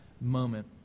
moment